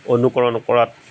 অনুকৰণ কৰাত